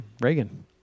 Reagan